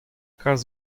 kalz